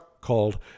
called